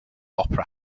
opera